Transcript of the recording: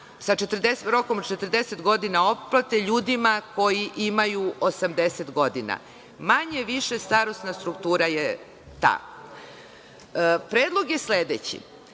sa rokom od 40 godina otplate ljudima koji imaju 80 godina. Manje-više starosna struktura je takva. Predlog je sledeći,